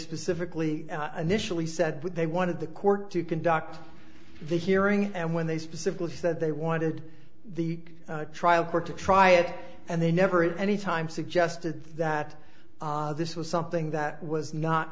specifically initially said with they wanted the court to conduct the hearing and when they specifically said they wanted the trial court to try it and they never at any time suggested that this was something that was